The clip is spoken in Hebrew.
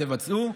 תבצעו.